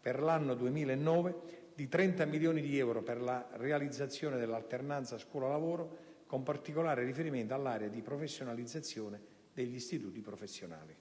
per l'anno 2009, di 30 milioni di euro per la realizzazione dell'alternanza scuola-lavoro, con particolare riferimento all'area di professionalizzazione degli istituti professionali.